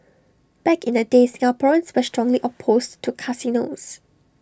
back in the day Singaporeans were strongly opposed to casinos